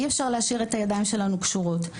אי אפשר להשאיר את הידיים שלנו קשורות.